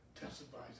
testifies